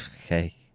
Okay